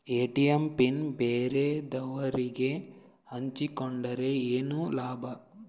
ATM PIN ಬ್ಯಾರೆದವರಗೆ ಹಂಚಿಕೊಂಡರೆ ಏನು ಲಾಭ?